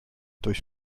durch